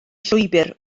llwybr